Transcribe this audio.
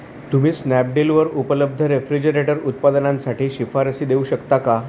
तुम्ही स्नॅपडीलवर उपलब्ध रेफ्रिजरेटर उत्पादनांसाठी शिफारसी देऊ शकता का